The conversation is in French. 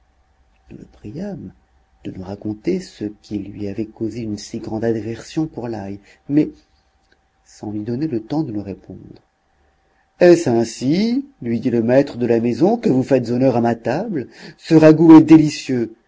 le priâmes de nous raconter ce qui lui avait causé une si grande aversion pour l'ail mais sans lui donner le temps de nous répondre est-ce ainsi lui dit le maître de la maison que vous faites honneur à ma table ce ragoût est délicieux